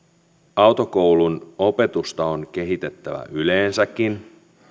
autokoulun opetusta on kehitettävä yleensäkin